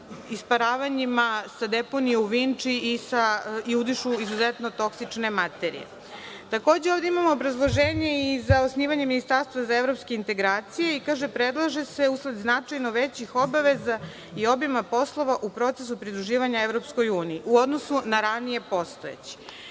isparavanjima sa deponije u Vinči i udišu izuzetno toksične materije. Takođe, ovde imamo obrazloženje i za osnivanje ministarstva za evropske integracije, kaže, predlaže se usled značajno većih obaveza i obima poslova u procesu pridruživanja EU, u odnosu na ranije postojeće.